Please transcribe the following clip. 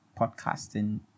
podcasting